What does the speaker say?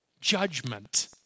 Judgment